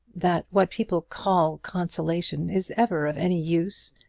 that what people call consolation is ever of any use.